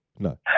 No